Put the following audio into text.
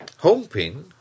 Homepin